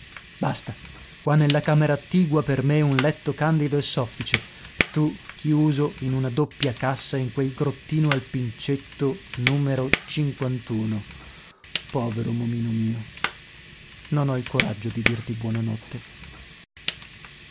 basta qua nella camera attigua per me un letto candido e soffice tu chiuso in una doppia cassa in quel grottino al incetto umero povero momino mio non ho il coraggio di dirti